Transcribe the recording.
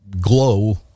glow